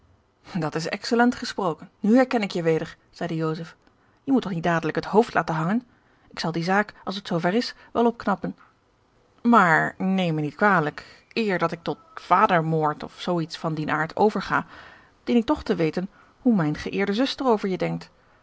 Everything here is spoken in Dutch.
dat is excellent gesproken nu herken ik je weder zeide joseph je moet toch niet dadelijk het hoofd laten hangen ik zal die zaak als het zoo ver is wel opknappen maar neem mij niet kwalijk eer dat ik tot vadermoord of zoo iets van dien aard overga dien ik toch te weten hoe mijne geëerde zuster over je denkt